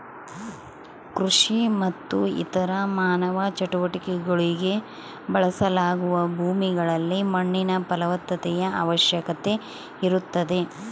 ಕೃಷಿ ಮತ್ತು ಇತರ ಮಾನವ ಚಟುವಟಿಕೆಗುಳ್ಗೆ ಬಳಸಲಾಗುವ ಭೂಮಿಗಳಲ್ಲಿ ಮಣ್ಣಿನ ಫಲವತ್ತತೆಯ ಅವಶ್ಯಕತೆ ಇರುತ್ತದೆ